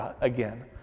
again